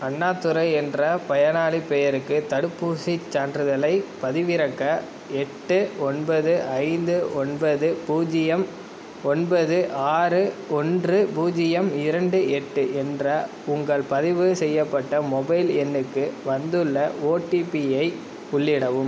அண்ணாதுரை என்ற பயனாளிப் பெயருக்கு தடுப்பூசிச் சான்றிதழைப் பதிவிறக்க எட்டு ஒன்பது ஐந்து ஒன்பது பூஜ்ஜியம் ஒன்பது ஆறு ஒன்று பூஜ்ஜியம் இரண்டு எட்டு என்ற உங்கள் பதிவு செய்யப்பட்ட மொபைல் எண்ணுக்கு வந்துள்ள ஒடிபி ஐ உள்ளிடவும்